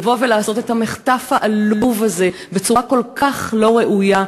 לבוא ולעשות את המחטף העלוב הזה בצורה כל כך לא ראויה,